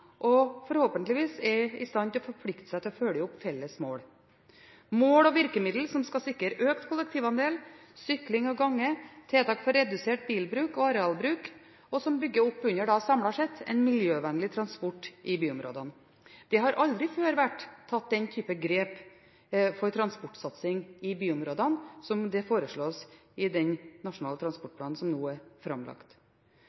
og forhåpentligvis er i stand til å forplikte seg til å følge opp felles mål. Mål og virkemidler skal sikre økt kollektivandel, sykling og gange, tiltak for redusert bilbruk og arealbruk som bygger opp under miljøvennlig transport i byområdene samlet sett. Det har aldri før vært tatt den type grep for transportsatsing i byområdene som foreslås i den nasjonale